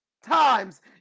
Times